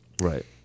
Right